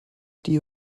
die